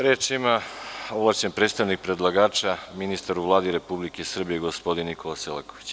Reč ima ovlašćeni predstavnik predlagača, ministar u Vladi Republike Srbije, gospodin Nikola Selaković.